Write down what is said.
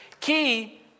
key